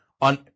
On